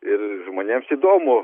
ir žmonėms įdomu